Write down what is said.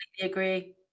agree